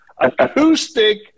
acoustic